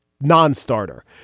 non-starter